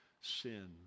sin